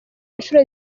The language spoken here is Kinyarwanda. inshuro